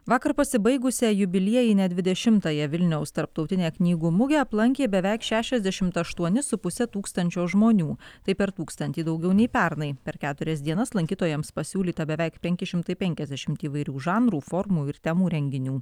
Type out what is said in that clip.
vakar pasibaigusią jubiliejinę dvidešimtąją vilniaus tarptautinę knygų mugę aplankė beveik šešiasdešimt aštuoni su puse tūkstančio žmonių tai per tūkstantį daugiau nei pernai per keturias dienas lankytojams pasiūlyta beveik penki šimtai penkiasdešimt įvairių žanrų formų ir temų renginių